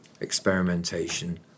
experimentation